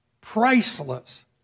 priceless